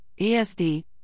ESD